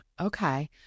Okay